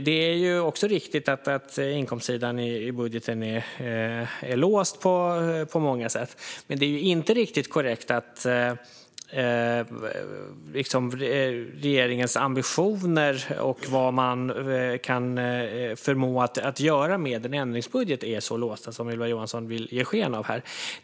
Det är också riktigt att inkomstsidan i budgeten är låst på många sätt. Men det är inte riktigt korrekt att regeringens ambitioner och vad man förmår att göra med en ändringsbudget är så låsta som Ylva Johansson vill ge sken av här.